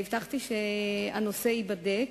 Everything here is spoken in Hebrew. והבטחתי שהנושא ייבדק.